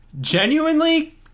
Genuinely